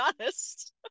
honest